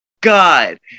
God